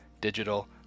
digital